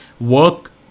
work